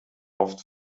oft